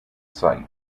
site